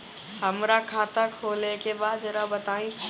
हमरा खाता खोले के बा जरा बताई